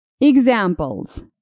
Examples